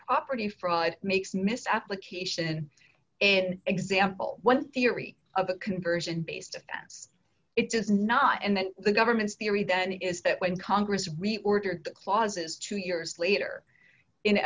property fraud makes mist application and example one theory of a conversion based offense it does not and then the government's theory then is that when congress reorder clauses two years later in